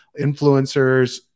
influencers